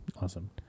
Awesome